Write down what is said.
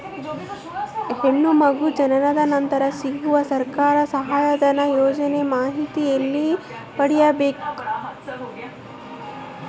ಹೆಣ್ಣು ಮಗು ಜನನ ನಂತರ ಸಿಗುವ ಸರ್ಕಾರದ ಸಹಾಯಧನ ಯೋಜನೆ ಮಾಹಿತಿ ಎಲ್ಲಿ ಪಡೆಯಬೇಕು?